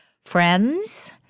friends